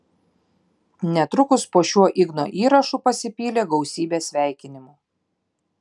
netrukus po šiuo igno įrašu pasipylė gausybė sveikinimų